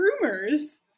rumors